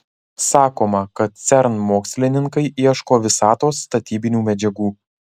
sakoma kad cern mokslininkai ieško visatos statybinių medžiagų